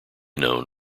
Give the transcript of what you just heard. known